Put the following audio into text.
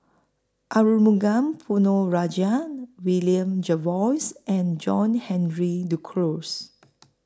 Arumugam Ponnu Rajah William Jervois and John Henry Duclos